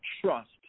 trust